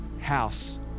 house